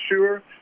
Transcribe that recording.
sure